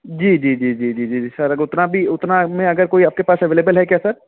जी जी जी जी जी जी सर अगर उतना भी उतना में अगर कोई आपके पास अवलिबल है क्या सर